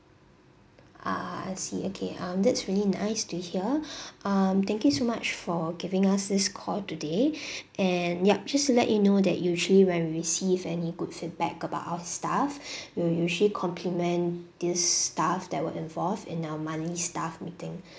ah I see okay um that's really nice to hear um thank you so much for giving us this call today and yup just to let you know that usually when we receive any good feedback about our staff we will usually compliment this staff that were involved in our monthly staff meeting